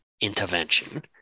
intervention